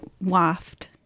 waft